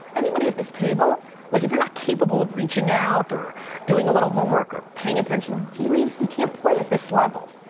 anybody at this table like if you're not capable of reaching out or doing a little homework or paying attention to the tea leaves you can't play at this level.